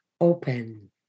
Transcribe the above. open